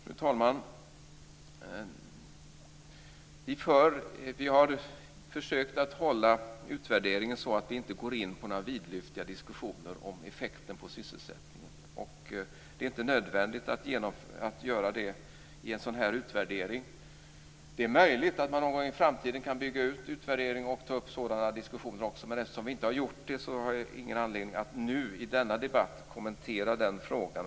Fru talman! Vi har försökt att hålla utvärderingen så, att vi inte går in på några vidlyftiga diskussioner om effekten på sysselsättningen. Det är inte nödvändigt att göra det i en sådan här utvärdering. Det är möjligt att man någon gång i framtiden kan bygga ut utvärderingen och då också ta upp sådana diskussioner, men eftersom vi inte har gjort det har jag ingen anledning att i denna debatt svara på den frågan.